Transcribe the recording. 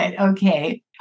Okay